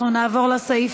אנחנו נעבור לסעיף